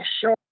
sure